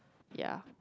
ya